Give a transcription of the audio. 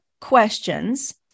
questions